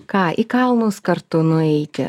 ką į kalnus kartu nueiti